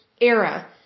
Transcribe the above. era